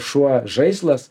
šuo žaislas